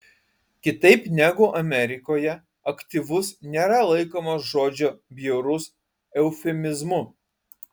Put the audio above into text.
kitaip negu amerikoje aktyvus nėra laikomas žodžio bjaurus eufemizmu